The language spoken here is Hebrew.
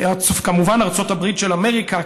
כמובן ארצות הברית של אמריקה,